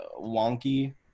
wonky